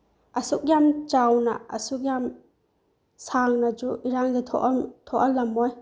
ꯑꯁꯨꯛ ꯌꯥꯝ ꯆꯥꯎꯅ ꯑꯁꯨꯛ ꯌꯥꯝ ꯁꯥꯡꯅꯁꯨ ꯏꯔꯥꯡꯁꯦ ꯊꯣꯛꯍꯜꯂꯝꯃꯣꯏ